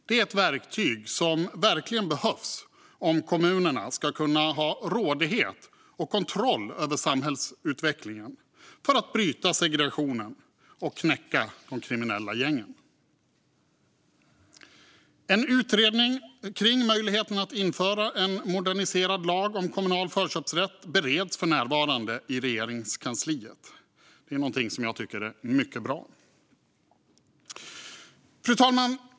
Det är ett verktyg som verkligen behövs om kommunerna ska kunna ha rådighet och kontroll över samhällsutvecklingen, bryta segregationen och knäcka de kriminella gängen. En utredning om möjligheten att införa en moderniserad lag om kommunal förköpsrätt bereds för närvarande i Regeringskansliet. Det tycker jag är mycket bra. Fru talman!